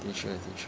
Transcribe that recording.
的确的确